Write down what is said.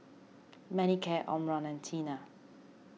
Manicare Omron and Tena